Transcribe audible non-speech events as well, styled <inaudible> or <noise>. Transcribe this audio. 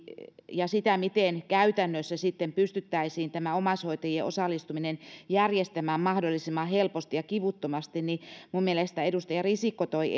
ja sitä miten käytännössä pystyttäisiin tämä omaishoitajien osallistuminen järjestämään mahdollisimman helposti ja kivuttomasti niin minun mielestäni edustaja risikko toi <unintelligible>